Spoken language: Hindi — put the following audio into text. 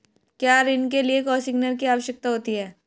क्या ऋण के लिए कोसिग्नर की आवश्यकता होती है?